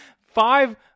Five